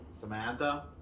Samantha